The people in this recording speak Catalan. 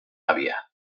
àvia